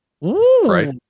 Right